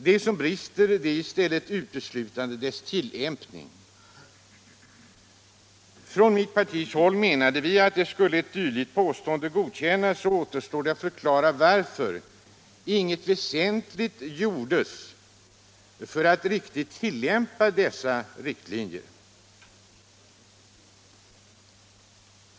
Det som brister är i stället uteslutande deras tillämpning. Från mitt parti menade vi att skulle ett dylikt påstående godkännas så återstår det att förklara varför inget väsentligt gjordes för att riktigt tillämpa dessa riktlinjer.